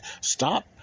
stop